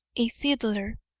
a fiddler,